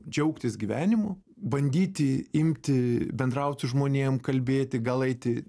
džiaugtis gyvenimu bandyti imti bendraut su žmonėm kalbėti gal eiti